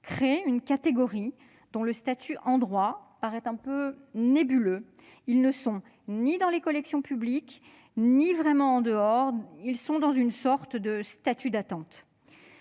crée une catégorie dont le statut en droit paraît un peu nébuleux : ils ne sont ni dans les collections publiques ni vraiment en dehors ; ils possèdent en quelque sorte un statut d'attente.